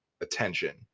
attention